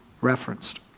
referenced